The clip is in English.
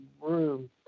room